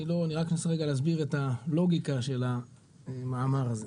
אני רק אנסה להסביר רגע את הלוגיקה של המאמר הזה.